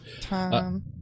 Time